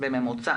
הרבה קודם לכן.